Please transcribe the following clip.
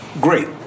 great